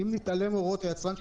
אם נתעלם מהוראות היצרן,